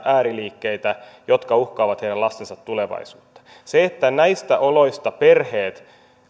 ääriliikkeitä jotka uhkaavat heidän lastensa tulevaisuutta siinä että näistä oloista perheet